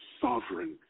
sovereign